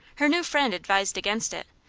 her new friend advised against it.